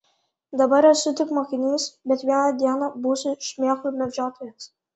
dabar esu tik mokinys bet vieną dieną būsiu šmėklų medžiotojas